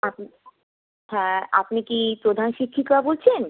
আমি হ্যাঁ আপনি কি প্রধান শিক্ষিকা বলছেন